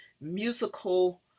musical